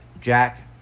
Jack